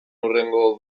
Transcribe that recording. hurrengo